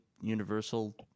Universal